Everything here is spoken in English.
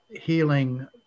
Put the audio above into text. healing